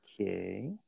Okay